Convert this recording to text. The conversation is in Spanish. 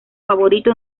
favorito